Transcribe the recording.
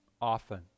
often